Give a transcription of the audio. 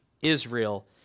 Israel